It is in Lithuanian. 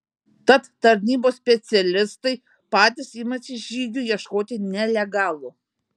tad tarnybos specialistai patys imasi žygių ieškoti nelegalų